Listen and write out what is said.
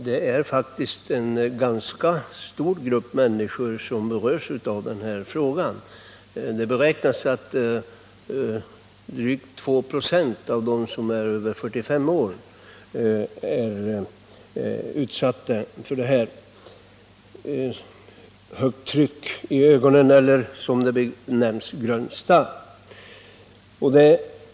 Det är faktiskt en ganska stor grupp människor som berörs av den här frågan — det beräknas att drygt 2 26 av dem som är över 45 år har högt tryck i ögonen och är utsatta för glaucom eller, som det också benämns, grön starr.